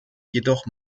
jedoch